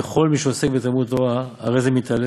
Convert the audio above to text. וכל מי שעוסק בתלמוד תורה הרי זה מתעלה